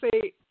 say